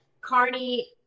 Carney